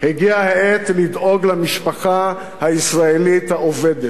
הגיעה העת לדאוג למשפחה הישראלית העובדת.